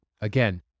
Again